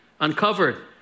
uncovered